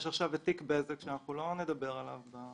יש עכשיו את תיק בזק, אנחנו לא נדבר עליו פה